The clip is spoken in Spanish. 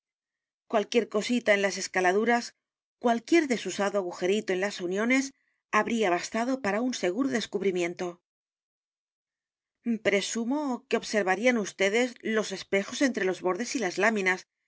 cualquier cosita en las escaladuras cualquier desusado agujerito en las uniones habría bastado para un seguro descubrimiento presumo que observarían vds los espejos entre los bordes y las láminas